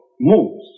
moves